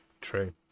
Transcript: True